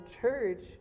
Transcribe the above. church